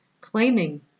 Claiming